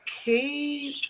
Okay